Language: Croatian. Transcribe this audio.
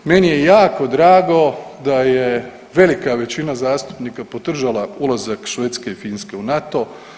Meni je jako drago da je velika većina zastupnika podržala ulazak Švedske i Finske u NATO.